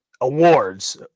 awards